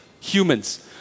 humans